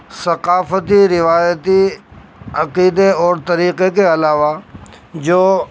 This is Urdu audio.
ثقافتی روایتی عقیدے اور طریقے کے علاوہ جو